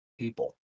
people